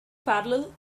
parallel